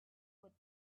would